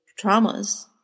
traumas